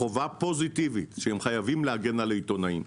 חובה פוזיטיבית שהם חייבים להגן על העיתונאים.